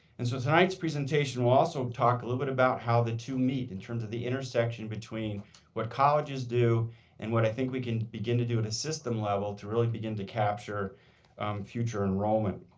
and so tonight's presentation will also talk a little bit how the two meet, in terms of the intersection between what colleges do and what i think we can begin to do at a system level to really begin to capture future enrollment.